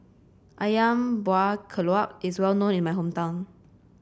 ayam Buah Keluak is well known in my hometown